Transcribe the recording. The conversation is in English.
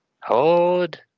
Hold